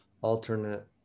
alternate